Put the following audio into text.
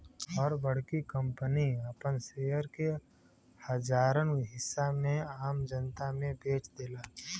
हर बड़की कंपनी आपन शेयर के हजारन हिस्सा में आम जनता मे बेच देला